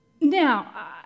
Now